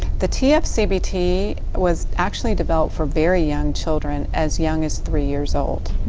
the tfcbt was actually developed for very young children, as young as three years old.